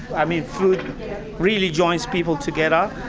i mean, food really joins people together,